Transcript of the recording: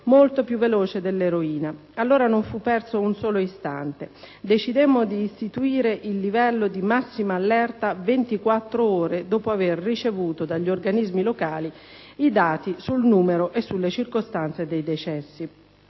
molto più veloce dell'eroina (...). Allora, non fu perso un solo istante. Decidemmo di istituire il livello di massima allerta 24 ore dopo avere ricevuto, dagli organismi locali, i dati sul numero e sulle circostanze dei decessi.